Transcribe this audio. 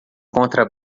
contra